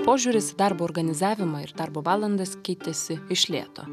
požiūris į darbo organizavimą ir darbo valandas keitėsi iš lėto